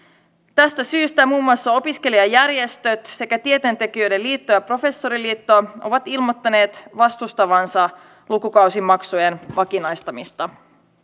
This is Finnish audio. tästä syystä muun muassa opiskelijajärjestöt sekä tieteentekijöiden liitto ja professoriliitto ovat ilmoittaneet vastustavansa lukukausimaksujen vakinaistamista